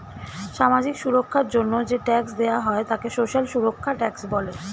সামাজিক সুরক্ষার জন্য যে ট্যাক্স দেওয়া হয় তাকে সোশ্যাল সুরক্ষা ট্যাক্স বলে